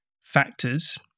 factors